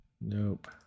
Nope